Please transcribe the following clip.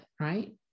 right